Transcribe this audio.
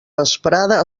vesprada